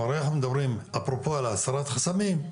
כלומר, אם אנחנו מדברים על הסרת החסמים,